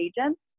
agents